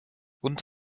und